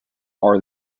are